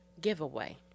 giveaway